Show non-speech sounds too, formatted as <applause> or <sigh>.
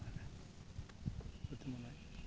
<unintelligible>